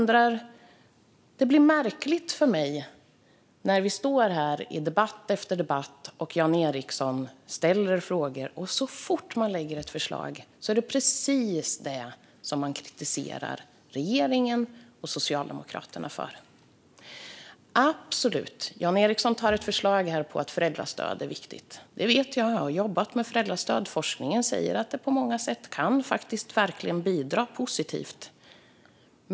Det blir märkligt för mig när vi står här i debatt efter debatt och Jan Ericson ställer frågor. Och så fort det läggs fram ett förslag är det detta som man kritiserar regeringen och Socialdemokraterna för. Jan Ericson tar här upp att ett förslag om föräldrastöd är viktigt. Det vet jag. Jag har jobbat med föräldrastöd. Forskningen säger att det på många sätt faktiskt verkligen kan bidra positivt.